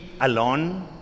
alone